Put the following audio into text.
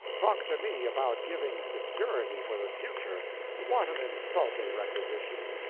talk to me about giving security for the future what an insulting requisition!